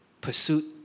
pursuit